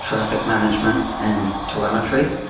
traffic management, and telemetry,